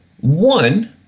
one